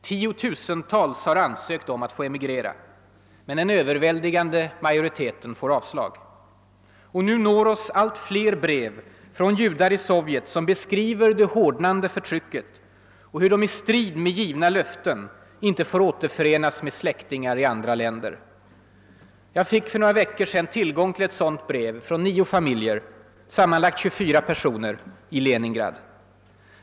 Tiotusentals har ansökt om att få emigrera. Men den överväldigande majoriteten får avslag. Nu når oss allt fler brev från judar i Sovjet, som beskriver det hårdnande förtrycket och hur de i strid med givna löften inte får återförenas med släktingar i andra länder. Jag fick för några veckor sedan tillgång till ett sådant brev från nio familjer, sammanlagt 24 personer, i Leningrad.